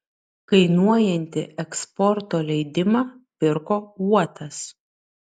kainuojantį eksporto leidimą pirko uotas